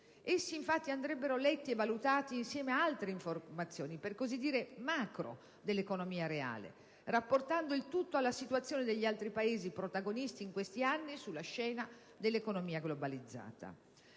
Essi infatti andrebbero letti e valutati insieme ad altre informazioni - per così dire "macro" - dell'economia reale, rapportando il tutto alla situazione degli altri Paesi protagonisti in questi anni sulla scena dell'economia globalizzata: